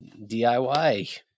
DIY